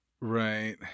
Right